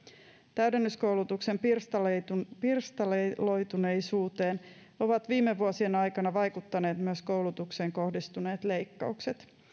täydennyskoulutuksen pirstaloituneisuuteen pirstaloituneisuuteen ovat viime vuosien aikana vaikuttaneet myös koulutukseen kohdistuneet leikkaukset